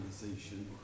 organization